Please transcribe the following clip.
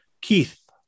Keith